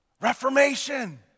Reformation